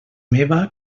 meva